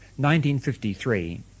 1953